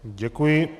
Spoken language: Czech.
Děkuji.